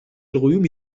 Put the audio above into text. الغيوم